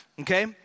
Okay